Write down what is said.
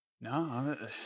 No